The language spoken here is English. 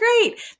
great